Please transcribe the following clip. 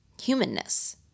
humanness